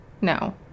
No